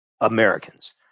Americans